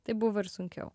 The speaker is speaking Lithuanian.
tai buvo ir sunkiau